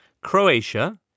Croatia